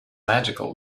magical